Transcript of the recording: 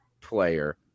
player